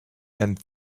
and